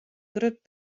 grut